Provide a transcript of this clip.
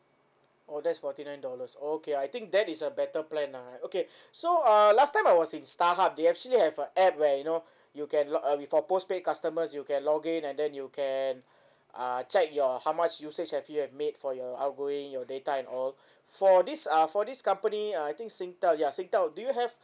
oh that's forty nine dollars okay I think that is a better plan ah okay so uh last time I was in starhub they actually have a app where you know you can lo~ uh we for postpaid customers you can log in and then you can uh check your how much usage have you have made for your outgoing your data and all for this uh for this company I think singtel ya singtel do you have